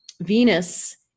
Venus